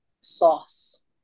sauce